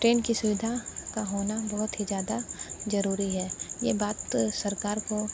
train की सुविधा का होना बहुत ही ज़्यादा ज़रूरी है ये बात सरकार को